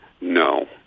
no